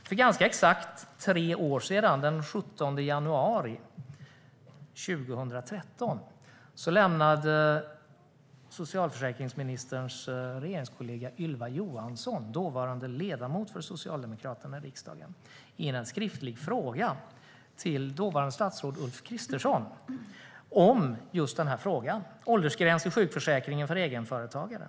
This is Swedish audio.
För ganska exakt tre år sedan, den 17 januari 2013, lämnade socialförsäkringsministerns regeringskollega Ylva Johansson, dåvarande ledamot för Socialdemokraterna i riksdagen, in en skriftlig fråga till dåvarande statsrådet Ulf Kristersson om just detta, alltså åldersgräns i sjukförsäkringen för egenföretagare.